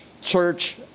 church